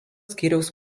skyriaus